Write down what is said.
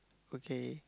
okay